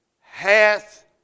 hath